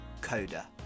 Coda